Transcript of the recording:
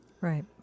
Right